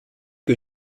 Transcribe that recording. que